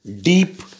deep